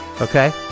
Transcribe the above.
okay